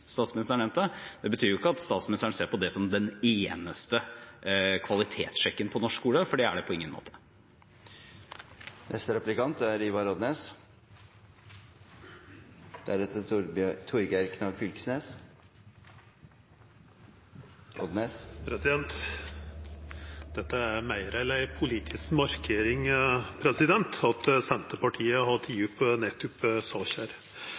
statsministeren nevnte? Det betyr ikke at statsministeren ser på det som den eneste kvalitetssjekken på norsk skole, for det er det på ingen måte. Det er meir enn ei politisk markering at Senterpartiet har teke opp nettopp denne saka. Senterpartiet er